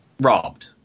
robbed